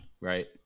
right